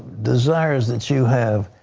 desires that you have.